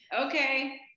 Okay